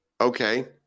okay